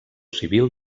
civil